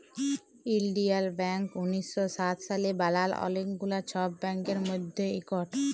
ইলডিয়াল ব্যাংক উনিশ শ সাত সালে বালাল অলেক গুলা ছব ব্যাংকের মধ্যে ইকট